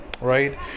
right